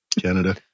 Canada